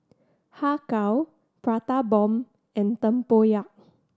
Har Kow Prata Bomb and tempoyak